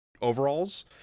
overalls